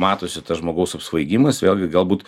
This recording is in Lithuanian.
matosi tas žmogaus apsvaigimas vėlgi galbūt